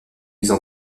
mises